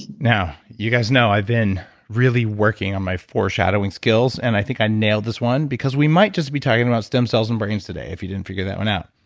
now you guys know i've been really working on my foreshadowing skills, and i think i nailed this one because we might just be talking about stem cells and brains today if you didn't figure that one out.